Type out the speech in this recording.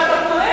תקשיב